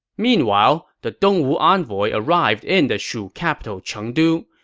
meanwhile, the dongwu envoy arrived in the shu capital chengdu,